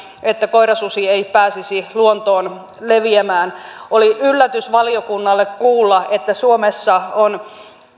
että koirasusi ei pääsisi luontoon leviämään oli yllätys valiokunnalle kuulla että suomessa on